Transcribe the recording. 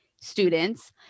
students